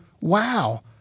wow